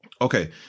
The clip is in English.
okay